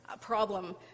problem